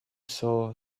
sow